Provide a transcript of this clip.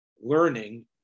learning